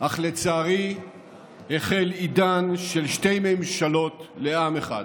אך לצערי החל עידן של שתי ממשלות לעם אחד,